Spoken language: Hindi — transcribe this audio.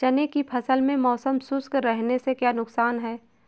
चने की फसल में मौसम शुष्क रहने से क्या नुकसान है?